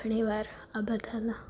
ઘણી વાર આ બધાના